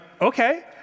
Okay